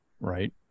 right